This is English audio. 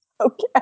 Okay